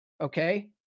Okay